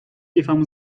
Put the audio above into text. کیفمو